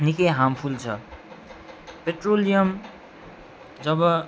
निकै हार्मफुल छ पेट्रोलियम जब